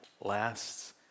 lasts